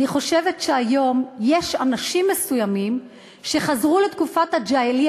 אני חושבת שהיום יש אנשים מסוימים שחזרו לתקופת הג'אהליה